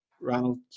Ronald